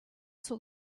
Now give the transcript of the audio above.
saw